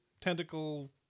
tentacle